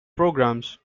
programs